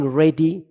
ready